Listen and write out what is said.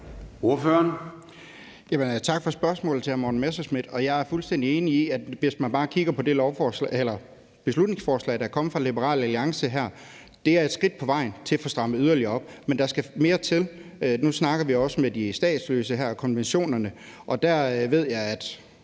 Messerschmidt. Jeg er fuldstændig enig i, at hvis man bare kigger på det beslutningsforslag, der er kommet her fra Liberal Alliance, er det et skridt på vejen til at få strammet yderligere op. Men der skal mere til. Nu snakker vi også om de statsløse og konventionenerne, og der ved jeg, at